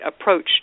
approach